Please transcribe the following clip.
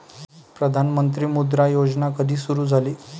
प्रधानमंत्री मुद्रा योजना कधी सुरू झाली?